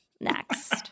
next